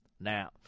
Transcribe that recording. now